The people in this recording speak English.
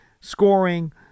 scoring